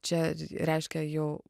čia reiškia jau